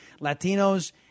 Latinos